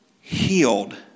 healed